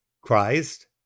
Christ